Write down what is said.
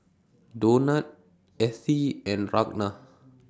Donat Ethie and Ragna